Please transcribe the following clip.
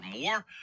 more